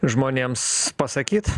žmonėms pasakyt